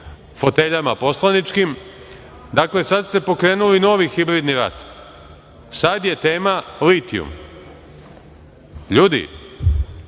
foteljama. Dakle, sad ste pokrenuli novi hibridni rat. Sad je tema litijum. Ljudi,